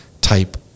type